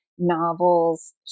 novels